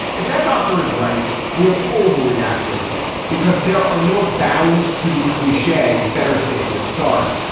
if that doctor is right, we have overreacted because there are no bounds to the cliche better safe than sorry.